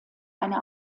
eine